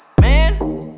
Man